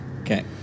Okay